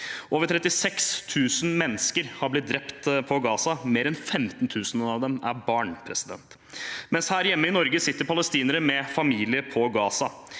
Over 36 000 mennesker har blitt drept i Gaza. Mer enn 15 000 av dem er barn. Her hjemme i Norge sitter palestinere med familie i Gaza.